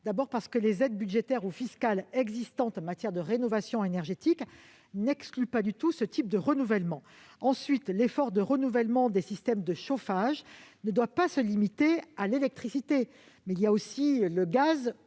D'abord, les aides budgétaires ou fiscales existantes en matière de rénovation énergétique n'excluent pas du tout ce type de renouvellement. Ensuite, l'effort de renouvellement des systèmes de chauffage ne doit pas être limité à l'électricité. Il y a aussi le gaz